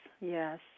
yes